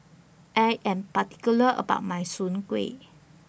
I Am particular about My Soon Kueh